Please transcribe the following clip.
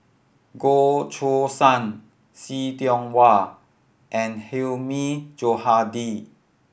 Goh Choo San See Tiong Wah and Hilmi Johandi